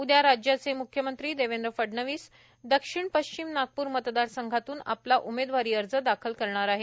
उद्या राज्याचे मुख्यमंत्री देवेंद्र फडणवीस दक्षिण पश्चिम नागपूर मतदारसंघातून आपला उमेदवारी अर्ज दाखल करणार आहेत